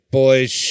boys